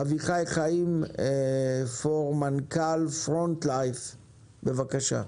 אביחי חיים, מנכ"ל front life בבקשה.